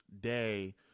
Day